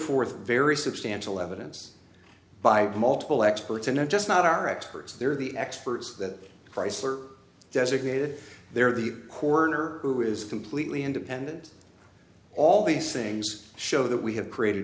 forth very substantial evidence by multiple experts and they're just not our experts they're the experts that chrysler designated they're the coroner who is completely independent all these things show that we have created